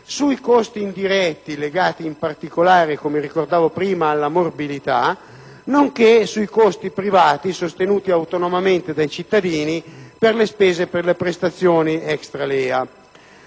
sui costi indiretti (legati, in particolare, alla morbilità), nonché sui costi privati sostenuti autonomamente dai cittadini per le spese per le prestazioni extra LEA.